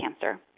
cancer